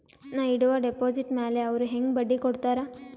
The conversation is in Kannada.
ನಾ ಇಡುವ ಡೆಪಾಜಿಟ್ ಮ್ಯಾಲ ಅವ್ರು ಹೆಂಗ ಬಡ್ಡಿ ಕೊಡುತ್ತಾರ?